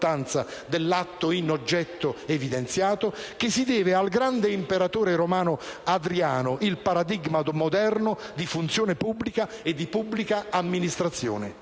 dell'atto in oggetto evidenziato - che si deve al grande imperatore romano Adriano il paradigma moderno di funzione pubblica e di pubblica amministrazione.